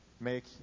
Make